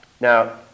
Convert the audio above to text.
Now